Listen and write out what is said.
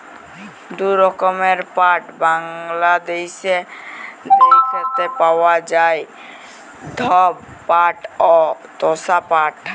দু রকমের পাট বাংলাদ্যাশে দ্যাইখতে পাউয়া যায়, ধব পাট অ তসা পাট